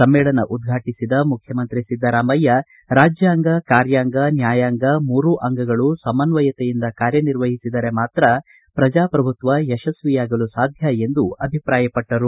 ಸಮ್ಮೇಳನ ಉದ್ಘಾಟಿಸಿದ ಮುಖ್ಯಂಮತ್ರಿ ಸಿದ್ದರಾಮಯ್ಯ ರಾಜ್ಯಾಂಗ ಕಾರ್ಯಾಂಗ ನ್ಯಾಯಾಂಗ ಮೂರು ಅಂಗಗಳು ಸಮನ್ವಯತೆಯಿಂದ ಕಾರ್ಯನಿರ್ವಹಿಸಿದರೆ ಮಾತ್ರ ಪ್ರಜಾಪ್ರಭುತ್ವ ಯಶಸ್ವಿಯಾಗಲು ಸಾಧ್ಯ ಎಂದು ಅಭಿಪ್ರಾಯಪಟ್ಟರು